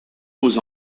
beaux